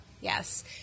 Yes